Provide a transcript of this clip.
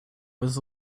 was